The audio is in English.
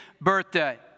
birthday